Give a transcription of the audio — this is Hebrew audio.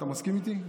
אתה מסכים איתי?